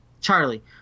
Charlie